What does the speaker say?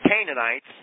Canaanites